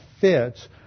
fits